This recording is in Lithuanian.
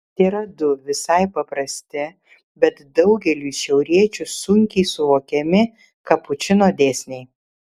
tėra du visai paprasti bet daugeliui šiauriečių sunkiai suvokiami kapučino dėsniai